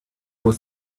was